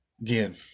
Again